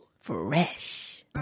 Fresh